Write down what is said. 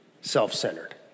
self-centered